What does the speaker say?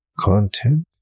content